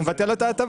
אז הוא מבטל את ההטבה.